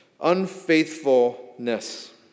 unfaithfulness